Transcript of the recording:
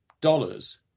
dollars